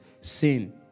Sin